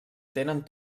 tenen